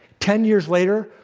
ten years later,